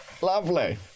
Lovely